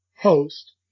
host